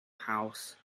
house